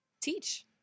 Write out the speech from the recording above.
Teach